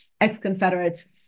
ex-Confederates